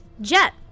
Jet